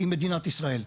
עם מדינת ישראל.